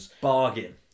Bargain